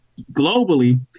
globally